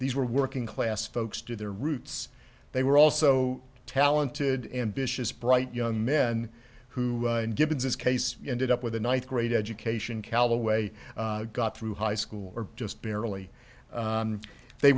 these were working class folks to their roots they were also talented ambitious bright young men who given this case ended up with a ninth grade education calloway got through high school or just barely they